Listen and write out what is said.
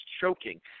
choking